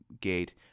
gate